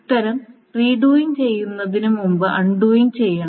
ഉത്തരം റീഡൂയിംഗ് ചെയ്യുന്നതിന് മുമ്പ് അൺഡൂയിംഗ് ചെയ്യണം